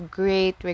great